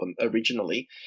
originally